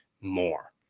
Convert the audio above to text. more